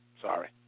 sorry